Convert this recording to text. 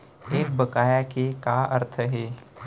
एक बकाया के का अर्थ हे?